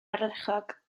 ardderchog